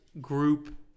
group